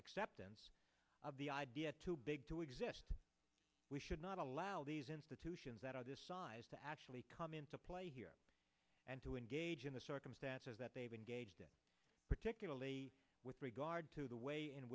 acceptance of the idea too big to exist we should not allow these institutions that are this size to actually come into play here and to engage in the circumstances that they've engaged in particularly with regard to the way in